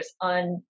on